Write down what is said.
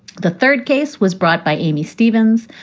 the third case was brought by amy stevens,